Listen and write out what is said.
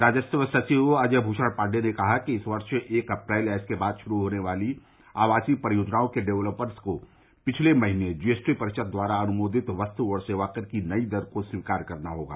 राजस्व सचिव अजय भूषण पांडे ने कहा कि इस वर्ष एक अप्रैल या इसके बाद शुरु होने वाली आवासीय परियोजनाओं के डेवलपर्स को पिछले महीने जीएसटी परिषद द्वारा अनुमोदित वस्तु और सेवा कर की नई दर को स्वीकार करना होगा